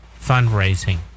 fundraising